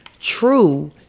true